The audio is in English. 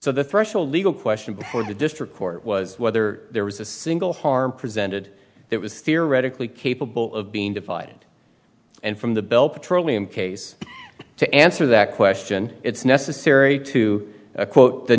so the threshold legal question before the district court was whether there was a single harm presented that was theoretically capable of being defied and from the bell petroleum case to answer that question it's necessary to quote the